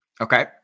Okay